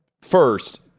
First